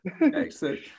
Excellent